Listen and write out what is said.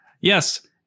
Yes